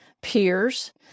peers